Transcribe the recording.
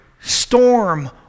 storm